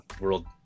world